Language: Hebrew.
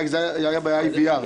רק זה היה ב-IVR,